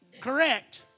correct